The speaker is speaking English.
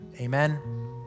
Amen